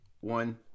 one